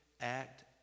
act